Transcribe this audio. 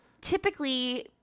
typically